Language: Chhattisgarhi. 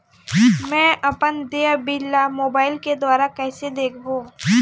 मैं अपन देय बिल ला मोबाइल के द्वारा कइसे देखबों?